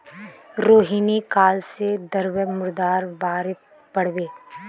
रोहिणी काल से द्रव्य मुद्रार बारेत पढ़बे